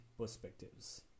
perspectives